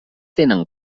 tenen